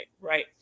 right